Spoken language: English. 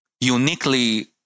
uniquely